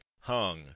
hung